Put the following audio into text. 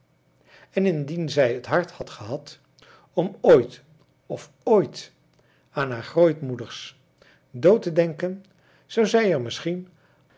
en indien zij t hart had gehad om ooit of ooit aan haar grootmoeders dood te denken zou zij er misschien